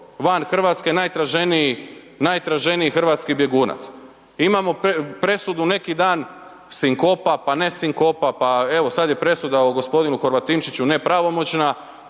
van Hrvatske, najtraženiji hrvatski bjegunac. Imamo presudu, neki dan sinkopa, pa ne sinkopa, pa evo sada je presuda o gospodinu Horvatinčiću nepravomoćna.